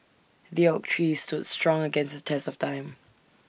the oak tree stood strong against the test of time